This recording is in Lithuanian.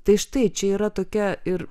tai štai čia yra tokia ir